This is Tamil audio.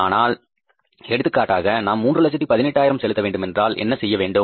ஆனால் எடுத்துக்காட்டாக நாம் 318500 செலுத்த வேண்டுமென்றால் என்ன செய்ய வேண்டும்